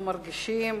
אנחנו מרגישים